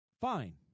fine